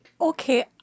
Okay